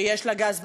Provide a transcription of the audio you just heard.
שיש לה גז בים,